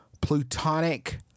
plutonic